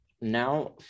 now